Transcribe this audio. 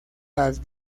las